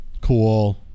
Cool